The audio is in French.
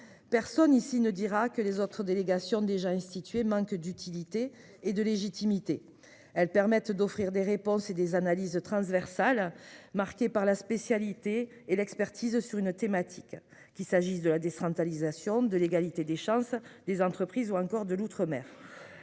Personne ici ne dira que les autres délégations déjà institué manque d'utilité et de légitimité, elles permettent d'offrir des réponses et des analyses transversales marquée par la spécialité et l'expertise sur une thématique qu'il s'agisse de la décentralisation de l'égalité des chances des entreprises ou encore de l'outre-mer.